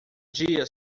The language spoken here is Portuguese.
dia